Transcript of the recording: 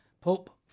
Pope